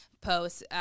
posts